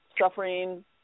suffering